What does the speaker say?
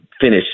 finish